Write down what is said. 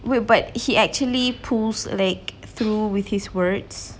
wait but he actually pull like through with his words